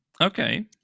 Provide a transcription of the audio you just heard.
Okay